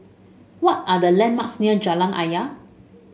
what are the landmarks near Jalan Ayer